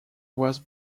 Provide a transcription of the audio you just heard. was